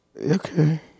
Okay